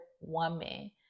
woman